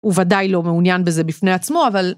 הוא ודאי לא מעוניין בזה בפני עצמו, אבל...